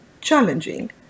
challenging